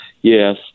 yes